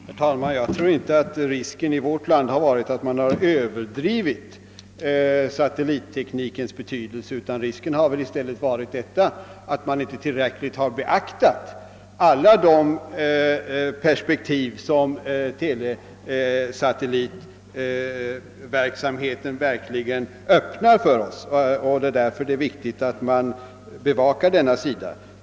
Herr talman! Jag tror inte att risken i vårt land varit att man överdrivit satellitteknikens betydelse, utan risken har väl i stället varit att man inte tillräckligt beaktat alla de perspektiv som telesatellitverksamheten öppnar för oss. Det är därför viktigt att denna sida bevakas.